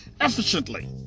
efficiently